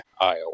Iowa